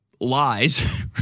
lies